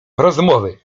rozmowy